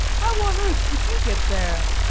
how on earth did you get there?